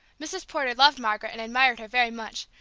mrs. porter loved margaret and admired her very much,